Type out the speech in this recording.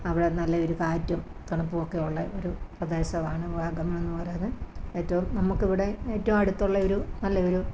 അവിടെ നല്ല ഒരു കാറ്റും തണുപ്പും ഒക്കെ ഉള്ള ഒരു പ്രദേശമാണ് വാഗമണ്ണെന്ന് പറയുന്നത് ഏറ്റവും നമുക്കിവിടെ ഏറ്റവും അടുത്തുള്ള ഒരു നല്ല ഒരു